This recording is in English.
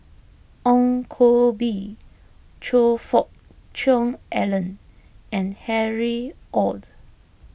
Ong Koh Bee Choe Fook Cheong Alan and Harry Ord